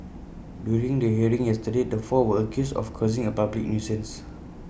during the hearing yesterday the four were accused of causing A public nuisance